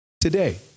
today